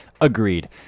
Agreed